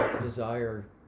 desire